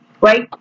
right